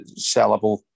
sellable